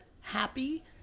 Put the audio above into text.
happy